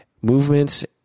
Movements